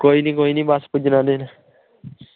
कोई नी कोई नी बस पुज्जने आह्ले न